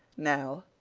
now,